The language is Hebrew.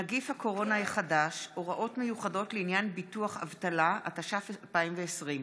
נגיף הקורונה החדש) (הוראות מיוחדות לעניין ביטוח אבטלה) התש"ף 2020,